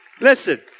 Listen